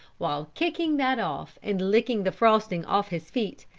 while kicking that off, and licking the frosting off his feet,